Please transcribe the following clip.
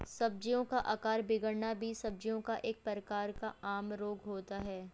सब्जियों का आकार बिगड़ना भी सब्जियों का एक प्रकार का आम रोग होता है